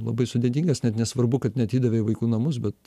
labai sudėtingas net nesvarbu kad neatidavei į vaikų namus bet